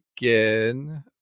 again